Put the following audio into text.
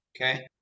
Okay